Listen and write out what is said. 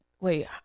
wait